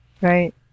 Right